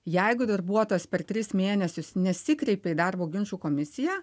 jeigu darbuotojas per tris mėnesius nesikreipė į darbo ginčų komisiją